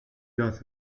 das